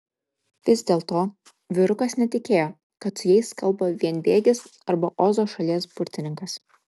vis dėlto vyrukas netikėjo kad su jais kalba vienbėgis arba ozo šalies burtininkas